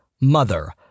Mother